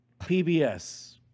PBS